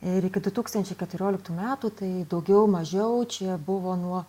ir iki du tūkstančiai keturioliktų metų tai daugiau mažiau čia buvo nuo